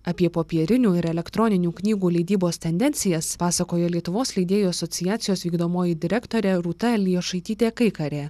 apie popierinių ir elektroninių knygų leidybos tendencijas pasakoja lietuvos leidėjų asociacijos vykdomoji direktorė rūta elijošaitytė kaikarė